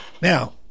Now